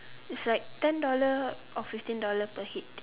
it's like ten dollar or fifteen dollar per head